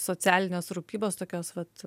socialinės rūpybos tokios vat